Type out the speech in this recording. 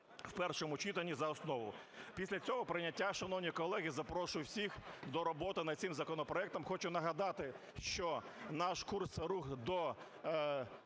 в першому читанні за основу. Після цього прийняття, шановні колеги, запрошую всіх до роботи над цим законопроектом. Хочу нагадати, що наш курс – рух до